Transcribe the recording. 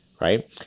right